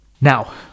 Now